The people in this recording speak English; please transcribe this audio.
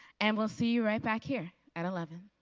and we'll see you right back here at eleven.